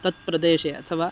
तत्प्रदेशे अथवा